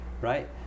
Right